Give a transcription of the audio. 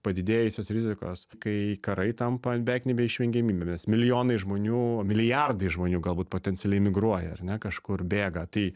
padidėjusios rizikos kai karai tampa beveik nebeišvengiamybė nes milijonai žmonių milijardai žmonių galbūt potencialiai migruoja ar ne kažkur bėga tai